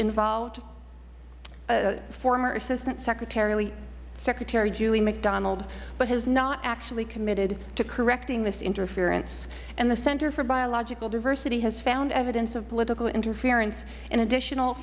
involved former assistant secretary julie macdonald but has it not actually committed to correcting this interference and the center for biological diversity has found evidence of political interference an additional